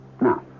Now